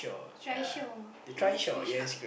trishaw is it trishaw